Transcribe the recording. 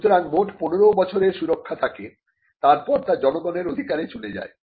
সুতরাং মোট পনেরো বছরের সুরক্ষা থাকে তারপর তা জনগণের অধিকারে চলে যায়